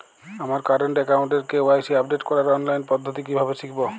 আমার কারেন্ট অ্যাকাউন্টের KYC update করার অনলাইন পদ্ধতি কীভাবে শিখব?